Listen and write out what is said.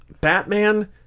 batman